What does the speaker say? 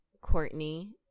Courtney